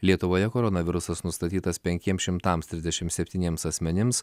lietuvoje koronavirusas nustatytas penkiems šimtams trisdešimt septyniems asmenims